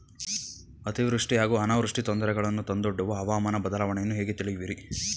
ಅತಿವೃಷ್ಟಿ ಹಾಗೂ ಅನಾವೃಷ್ಟಿ ತೊಂದರೆಗಳನ್ನು ತಂದೊಡ್ಡುವ ಹವಾಮಾನ ಬದಲಾವಣೆಯನ್ನು ಹೇಗೆ ತಿಳಿಯುವಿರಿ?